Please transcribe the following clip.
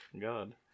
God